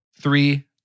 Three